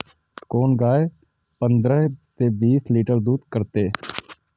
कोन गाय पंद्रह से बीस लीटर दूध करते?